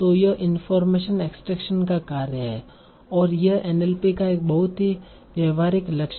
तो यह information extraction का कार्य है और यह एनएलपी का एक बहुत ही व्यावहारिक लक्ष्य है